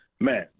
man